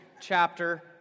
chapter